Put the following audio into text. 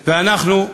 ואנחנו,